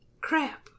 Crap